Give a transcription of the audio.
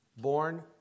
born